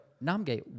Namgay